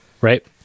right